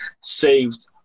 saved